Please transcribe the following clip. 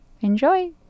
Enjoy